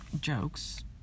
jokes